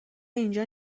اینجا